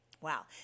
Wow